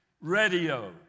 radio